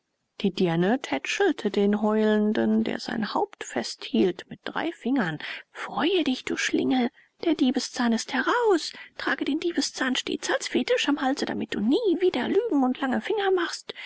die dirne tätschelte den heulenden der sein haupt festhielt mit drei fingern freue dich du schlingel der diebszahn ist heraus trage den diebszahn stets als fetisch am halse damit du nie wieder lügen und lange finger machst